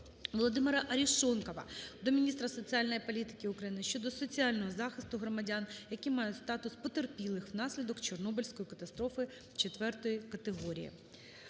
ВолодимираАрешонкова до міністра соціальної політики України щодо соціального захисту громадян, які мають статус потерпілих внаслідок Чорнобильської катастрофи ІV категорії.